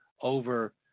over